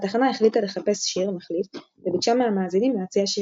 התחנה החליטה לחפש שיר מחליף וביקשה מהמאזינים להציע שירים,